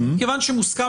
כיוון שמוסכם,